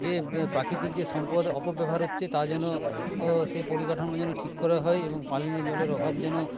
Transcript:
যে প্রাকৃতিক যে সম্পদ অপব্যবহার হচ্ছে তা যেন সেই পরিকাঠামো যেন ঠিক করা হয় এবং পানীয় জলের অভাব যেন